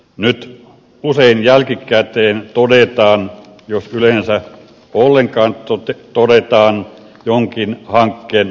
nyt usein jälkikäteen todetaan jos yleensä ollenkaan todetaan jonkin hankkeen lopputulema